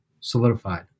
solidified